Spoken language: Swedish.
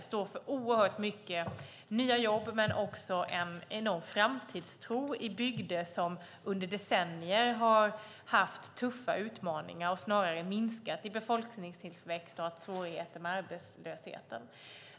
Den står för oerhört många nya jobb, men också en enorm framtidstro i bygder som under decennier har haft tuffa utmaningar och snarare minskat i befolkningstillväxt och haft svårigheter med arbetslöshet.